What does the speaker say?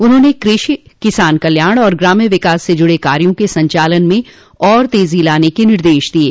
उन्होंने कृषि किसान कल्याण और ग्राम्य विकास से जुड़े काया के संचालन में और तेजी लाने के निर्देश दिये